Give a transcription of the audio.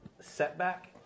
setback